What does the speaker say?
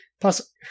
plus